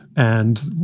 and,